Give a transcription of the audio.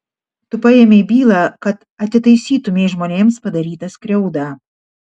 tu paėmei bylą kad atitaisytumei žmonėms padarytą skriaudą